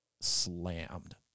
slammed